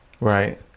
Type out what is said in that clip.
Right